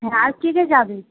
হ্যাঁ আর কে কে যাবে